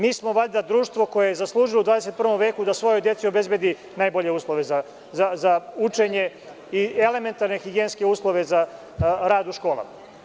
Mi smo valjda društvo koje je zaslužilo da u 21. veku svojoj deci obezbedi najbolje uslove za učenje i elementarne higijenske uslove za rad u školama.